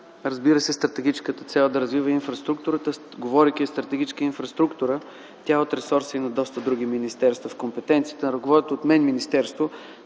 разбира се, стратегическата цел да развива инфраструктурата. Говорейки за стратегическа инфраструктура, тя е от ресора и на доста други министерства. В компетенциите на ръководеното от мен министерство